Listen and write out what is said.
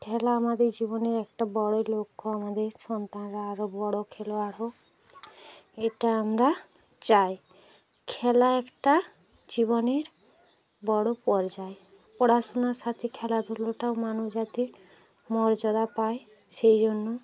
খেলা আমাদের জীবনে একটা বড়ো লক্ষ্য আমাদের সন্তানরা আরো বড়ো খেলোয়াড় হোক এটা আমরা চাই খেলা একটা জীবনের বড়ো পর্যায় পড়াশুনার সাথে খেলাধুলোটাও মানুষ যাতে মর্যাদা পায় সেই জন্য